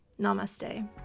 Namaste